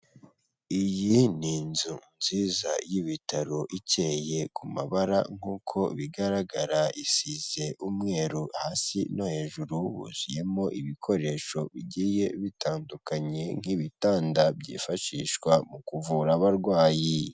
Iyi ni inzu nziza y'ibitaro ikeye ku mabara nkuko bigaragara isize umweru hasi no hejuru, huzuyemo ibikoresho bigiye bitandukanye nk'ibitanda byifashishwa mu kuvura abarwayi.